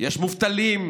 יש מובטלים,